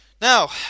Now